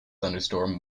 thunderstorm